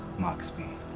mach speed.